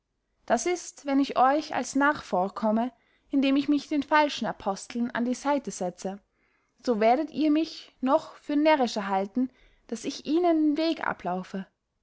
daß ist wenn ich euch als narr vorkomme indem ich mich den falschen aposteln an die seite setze so werdet ihr mich noch für närrischer halten daß ich ihnen den weg ablaufe